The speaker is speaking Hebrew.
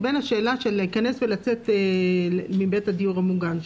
ובין השאלה של להיכנס ולצאת מבית הדיור המוגן,